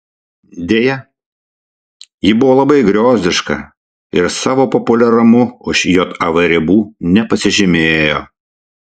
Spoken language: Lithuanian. deja ji buvo labai griozdiška ir savo populiarumu už jav ribų nepasižymėjo